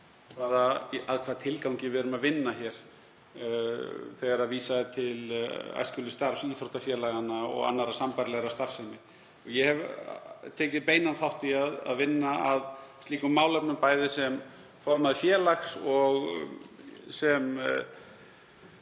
það að hvaða tilgangi við erum að vinna hér þegar vísað er til æskulýðsstarfs, íþróttafélaganna og annarrar sambærilegrar starfsemi. Ég hef tekið beinan þátt í að vinna að slíkum málefnum, bæði sem formaður félags og sem